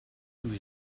who